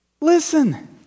Listen